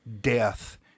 death